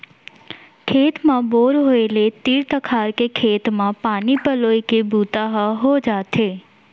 खेत म बोर होय ले तीर तखार के खेत म पानी पलोए के बूता ह हो जाथे